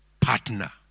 partner